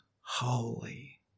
holy